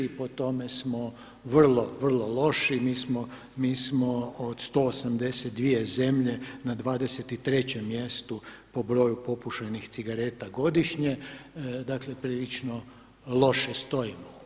U tome smo vrlo, vrlo loši, mi smo od 182 zemlje na 23. mjestu po broju popušenih cigareta godišnje, dakle prilično loše stojimo.